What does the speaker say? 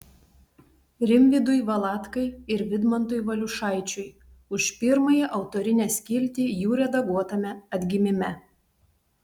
rimvydui valatkai ir vidmantui valiušaičiui už pirmąją autorinę skiltį jų redaguotame atgimime